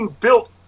built